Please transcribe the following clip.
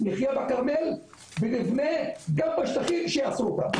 נחיה בכרמל ונבנה גם בשטחים שאסור גם.